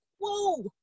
whoa